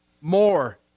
more